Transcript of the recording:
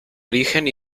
origen